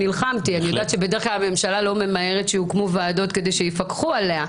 אני יודעת שבדרך כלל הממשלה לא ממהרת להקים ועדות כדי שיפקחו עליה,